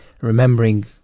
remembering